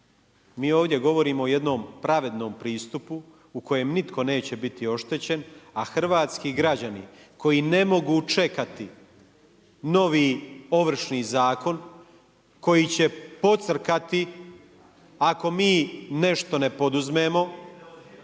Mi ovdje govorimo o jednom pravednom pristupu u kojem nitko neće biti oštećen, a hrvatski građani koji ne mogu čekati novi Ovršni zakon, koji će pocrkati ako mi nešto ne poduzmemo,